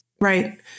Right